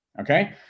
Okay